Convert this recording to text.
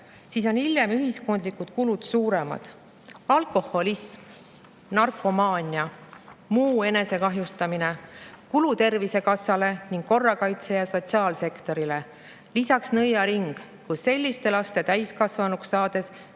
siis on hiljem ühiskondlikud kulud suuremad: alkoholism, narkomaania, muu enesekahjustamine, kulu Tervisekassale ning korrakaitse- ja sotsiaalsektorile. Lisaks nõiaring, kus selliste laste täiskasvanuks saades